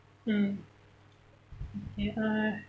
mm you uh